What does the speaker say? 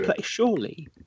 surely